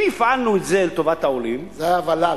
אם הפעלנו את זה לטובת העולים, זה היה הוול"ל.